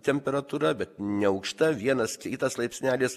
temperatūra bet neaukšta vienas kitas laipsnelis